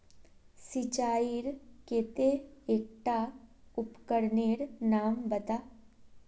सिंचाईर केते एकटा उपकरनेर नाम बता?